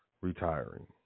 retiring